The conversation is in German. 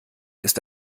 ist